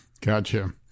gotcha